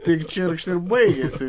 tik čirkšt ir baigiasi